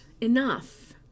enough